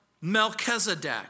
Melchizedek